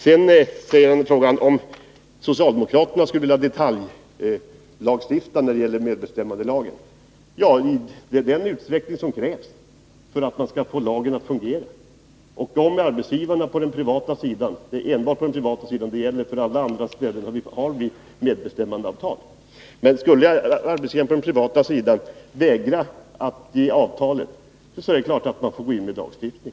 Sedan gäller det frågan om socialdemokraterna skulle vilja ha detaljlagstiftning om medbestämmandelagen. Ja, det skall man ha i den utsträckning som krävs för att man skall få lagen att fungera. Om arbetsgivarna på den privata sidan — det gäller enbart den privata sidan, för på alla andra områden har vi medbestämmandeavtal — vägrar att följa avtalet, är det klart att man skall gå in med lagstiftning.